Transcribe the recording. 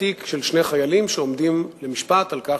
התיק של שני חיילים שעומדים למשפט על כך